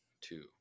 two